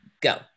Go